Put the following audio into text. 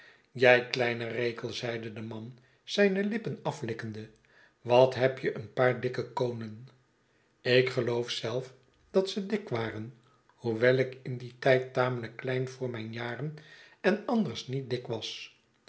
jij kleine rekel zeide de man zijne lippen aflikkende wat heb je een paar dikke koonen ik geloof zelf dat ze dik waren hoewel ik in dien tijd tamelijk klein voor mijne jaren en anders niet